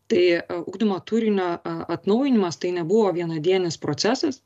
tai ugdymo turinio atnaujinimas tai nebuvo vienadienis procesas